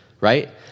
right